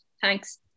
Thanks